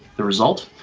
the result?